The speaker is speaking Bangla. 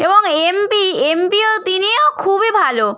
এবং এমপি এমপিও তিনিও খুবই ভালো